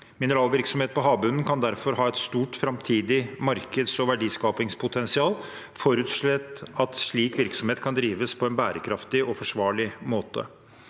Mineralvirksomhet på havbunnen kan derfor ha et stort framtidig markeds- og verdiskapingspotensial, forutsatt at slik virksomhet kan drives på en bærekraftig og forsvarlig måte.